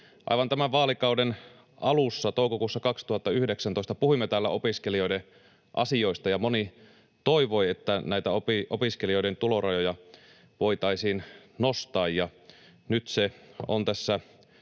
aivan tämän vaalikauden alussa, toukokuussa 2019, puhuimme täällä opiskelijoiden asioista ja moni toivoi, että näitä opiskelijoiden tulorajoja voitaisiin nostaa, ja nyt se on tässä